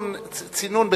צינון,